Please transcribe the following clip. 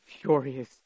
furious